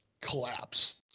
collapse